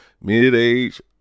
mid-age